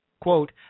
quote